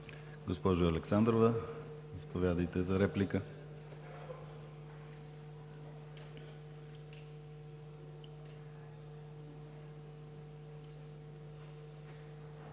Госпожо Александрова, заповядайте за реплика.